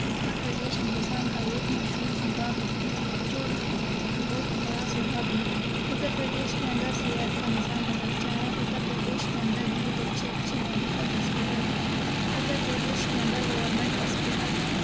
اتر پردیش ہندوستان کا ایک مشہور صوبہ بھی ہے جو بہت بڑا صوبہ بھی ہے اتر پردیش کے اندر صحت کا نظام بہت اچھا ہے اتر پردیش کے اندر بہت اچھے اچھے میڈیکل ہاسپٹل ہیں اتر پردیش کے اندر گورمنٹ ہاسپٹل ہیں